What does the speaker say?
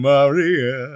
Maria